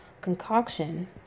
concoction